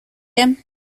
him